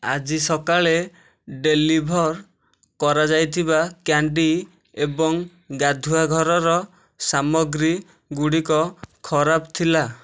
ଆଜି ସକାଳେ ଡେଲିଭର୍ କରାଯାଇଥିବା କ୍ୟାଣ୍ଡି ଏବଂ ଗାଧୁଆଘରର ସାମଗ୍ରୀ ଗୁଡ଼ିକ ଖରାପ ଥିଲା